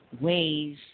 ways